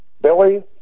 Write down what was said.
Billy